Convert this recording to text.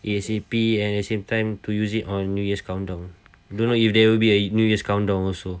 A_S_A_P and the same time to use it on new year's countdown don't know if there will be a new year's countdown also